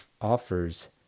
offers